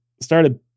started